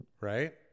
right